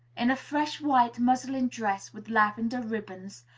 in a fresh white muslin dress, with lavender ribbons.